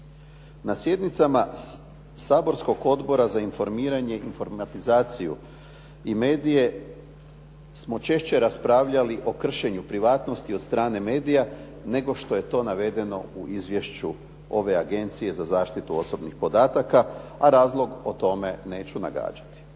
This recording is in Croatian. Na sjednicama saborskog Odbora za informiranje, informatizaciju i medije smo češće raspravljali o kršenju privatnosti od strane medija, nego što je to navedeno u izvješću ove Agencije za zaštitu osobnih podataka, a razlog o tome neću nagađati.